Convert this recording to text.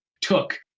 took